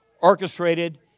orchestrated